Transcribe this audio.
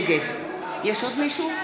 נגד יש עוד מישהו?